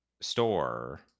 store